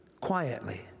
quietly